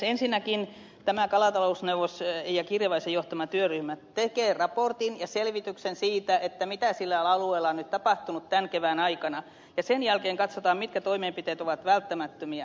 ensinnäkin tämä kalastusneuvos eija kirjavaisen johtama työryhmä tekee raportin ja selvityksen siitä mitä sillä alueella on nyt tapahtunut tämän kevään aikana ja sen jälkeen katsotaan mitkä toimenpiteet ovat välttämättömiä